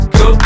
go